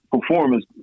performance